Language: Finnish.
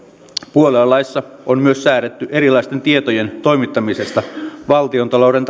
puoluelaissa on myös säädetty erilaisten tietojen toimittamisesta valtiontalouden